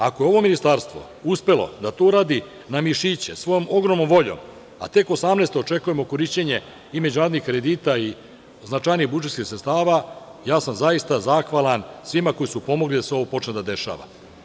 Ako je ovo ministarstvo uspelo da to uradi na mimšiće svojom ogromnom voljom, a tek 18. očekujemo korišćenje i međunarodnih kredita i značajnijih budžetskih sredstava, ja sam zaista zahvalan svima koji su pomogli da ovo počne da se dešava.